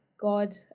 God